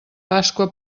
pasqua